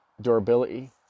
durability